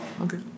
Okay